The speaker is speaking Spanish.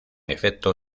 efecto